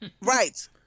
Right